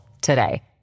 today